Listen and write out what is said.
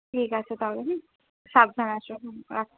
ঠিক আছে তাহলে সাবধানে এসো হ্যাঁ রাখছি